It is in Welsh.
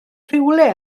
rhywle